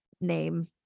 name